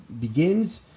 begins